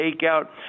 take-out